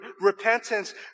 repentance